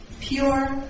pure